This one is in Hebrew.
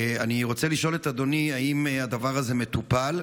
אני רוצה לשאול את אדוני: האם הדבר הזה מטופל?